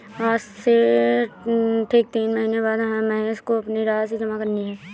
आज से ठीक तीन महीने बाद महेश को अपनी राशि जमा करनी है